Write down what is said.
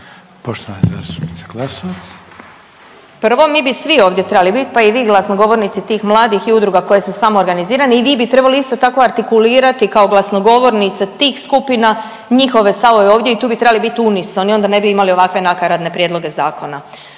**Glasovac, Sabina (SDP)** Prvo, mi bi svi ovdje trebali bit, pa i vi, glasnogovornici tih mladih i udruga koje su samoorganizirane, i vi bi trebali, isto tako artikulirati kao glasnogovornica tih skupina njihove stavove ovdje i tu bi trebali bit unisoni, onda ne bi imali ovakve nakaradne prijedloge zakona.